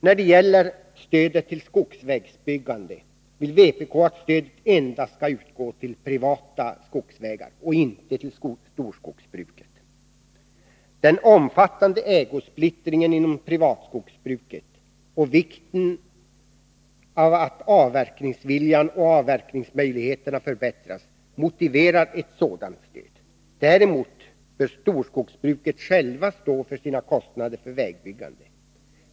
När det gäller stödet till skogsvägsbyggande vill vpk att stödet endast skall utgå till privata skogsvägar och inte till storskogsbruket. Den omfattande ägosplittringen inom privatskogsbruket och vikten av att avverkningsviljan och avverkningsmöjligheterna förbättras motiverar ett sådant stöd. Däremot bör storskogsbruket självt stå för sina kostnader för vägbyggande.